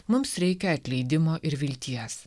mums reikia atleidimo ir vilties